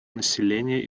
население